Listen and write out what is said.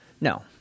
No